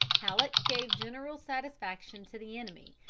halleck gave general satisfaction to the enemy,